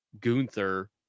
gunther